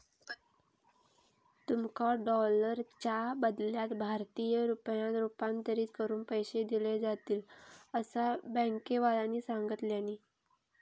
तुमका डॉलरच्या बदल्यात भारतीय रुपयांत रूपांतरीत करून पैसे दिले जातील, असा बँकेवाल्यानी सांगितल्यानी